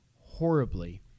horribly